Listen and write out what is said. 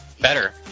Better